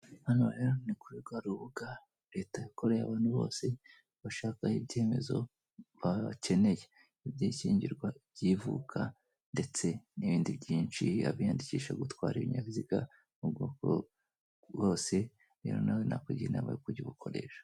Hano rero ni kuri rwa rubuga Leta yakoreye abantu bose bashakaho ibyemezo baba bakeneye, iby'ishyingirwa, iby'ivuka ndetse n'ibindi byinshi, abiyandikisha gutwara ibinyabiziga mu bwoko bwose, rero nawe nakugira inama yo kujya ubikoresha.